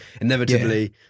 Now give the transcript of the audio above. inevitably